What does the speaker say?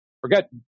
forget